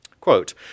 Quote